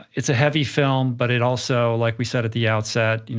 it's a heavy film, but it also, like we said at the outset, you know